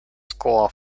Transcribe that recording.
score